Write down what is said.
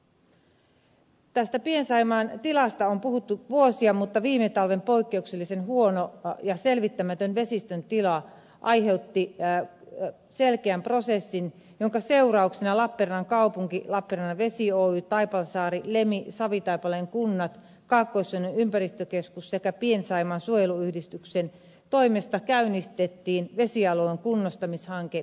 tästä pien saimaan tilasta on puhuttu vuosia mutta viime talven poikkeuksellisen huono ja selvittämätön vesistön tila aiheuttivat selkeän prosessin jonka seurauksena lappeenrannan kaupungin lappeenrannan vesi oyn taipalsaaren lemin ja savitaipaleen kuntien kaakkois suomen ympäristökeskuksen sekä pien saimaan suojeluyhdistyksen toimesta käynnistettiin vesialueen kunnostamishanke pisa